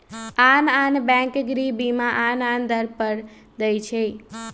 आन आन बैंक गृह बीमा आन आन दर पर दइ छै